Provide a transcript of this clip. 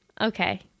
Okay